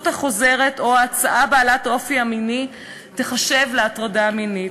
החוזרת או ההצעה בעלת האופי המיני תיחשב להטרדה מינית.